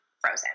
frozen